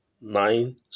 nine